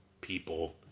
people